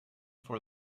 for